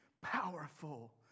powerful